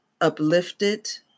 uplifted